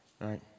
right